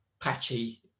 patchy